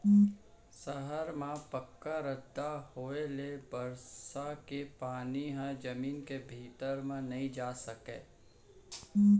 सहर म पक्का रद्दा होए ले बरसा के पानी ह जमीन के भीतरी म नइ जा सकत हे